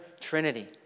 Trinity